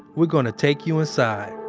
we're going to take you inside.